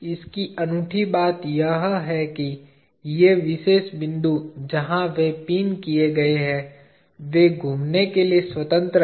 इसकी अनूठी बात यह है कि ये विशेष बिंदु जहां वे पिन किए गए हैं वे घूमने के लिए स्वतंत्र हैं